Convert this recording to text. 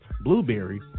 Blueberry